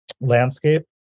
landscape